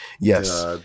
yes